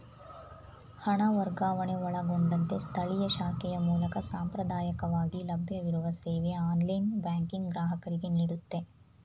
ಹಣ ವರ್ಗಾವಣೆ ಒಳಗೊಂಡಂತೆ ಸ್ಥಳೀಯ ಶಾಖೆಯ ಮೂಲಕ ಸಾಂಪ್ರದಾಯಕವಾಗಿ ಲಭ್ಯವಿರುವ ಸೇವೆ ಆನ್ಲೈನ್ ಬ್ಯಾಂಕಿಂಗ್ ಗ್ರಾಹಕರಿಗೆನೀಡುತ್ತೆ